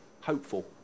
Hopeful